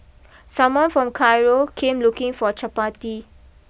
someone from Cairo came looking for Chappati